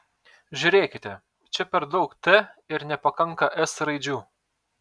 žiūrėkite čia per daug t ir nepakanka s raidžių